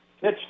Pitch